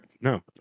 No